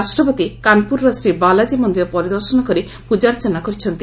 ରାଷ୍ଟ୍ରପତି କାନପୁରର ଶ୍ରୀ ବାଲାଜୀ ମନ୍ଦିର ପରିଦର୍ଶନ କରି ପ୍ରଜାର୍ଚ୍ଚନା କରିଛନ୍ତି